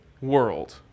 world